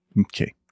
okay